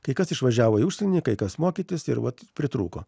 kai kas išvažiavo į užsienį kai kas mokytis ir vat pritrūko